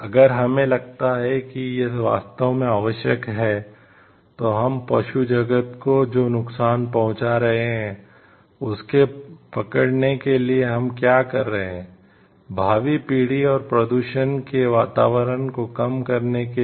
अगर हमें लगता है कि यह वास्तव में आवश्यक है तो हम पशु जगत को जो नुकसान पहुंचा रहे हैं उसे पकड़ने के लिए हम क्या कर रहे हैं भावी पीढ़ी और प्रदूषण के वातावरण को कम करने के लिए